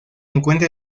encuentra